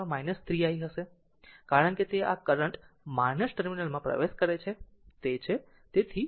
કારણ કે તે આ કરંટ ટર્મિનલમાં પ્રવેશ કરે છે તે છે